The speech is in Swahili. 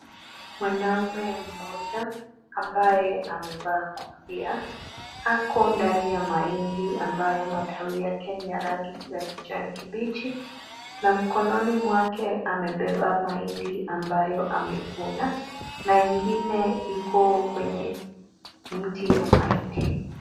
Mwanaume mmoja ambaye amevaa kofia, ako ndani ya mahindi ambayo matawi yake ni ya rangi ya kijani kibichi, na mkononi mwake amebeba mahindi ambayo amevuna, na ingine iko kwenye mti wa mahindi.